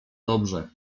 dobrze